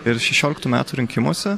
ir šešioliktų metų rinkimuose